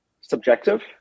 subjective